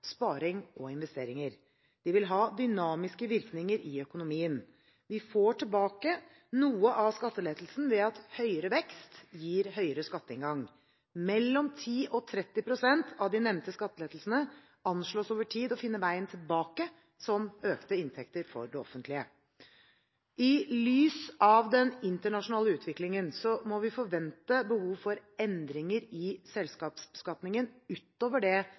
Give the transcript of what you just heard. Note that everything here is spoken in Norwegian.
sparing og investeringer. De vil ha dynamiske virkninger i økonomien. Vi får tilbake noe av skattelettelsen ved at høyere vekst gir høyere skatteinngang. Mellom 10 og 30 pst. av de nevnte skattelettelsene anslås over tid å finne veien tilbake som økte inntekter for det offentlige. I lys av den internasjonale utviklingen må vi forvente behov for endringer i selskapsbeskatningen utover det